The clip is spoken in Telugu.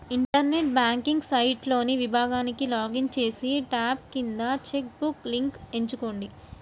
ఇంటర్నెట్ బ్యాంకింగ్ సైట్లోని విభాగానికి లాగిన్ చేసి, ట్యాబ్ కింద చెక్ బుక్ లింక్ ఎంచుకోండి